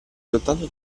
soltanto